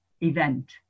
event